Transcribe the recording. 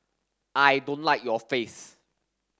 I don't like your face